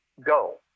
Go